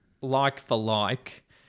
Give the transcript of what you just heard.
like-for-like